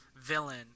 villain